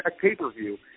pay-per-view